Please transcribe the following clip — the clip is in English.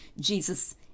Jesus